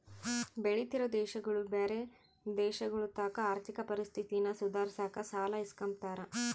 ಬೆಳಿತಿರೋ ದೇಶಗುಳು ಬ್ಯಾರೆ ದೇಶಗುಳತಾಕ ಆರ್ಥಿಕ ಪರಿಸ್ಥಿತಿನ ಸುಧಾರ್ಸಾಕ ಸಾಲ ಇಸ್ಕಂಬ್ತಾರ